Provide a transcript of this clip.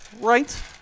Right